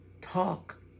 Talk